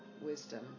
wisdom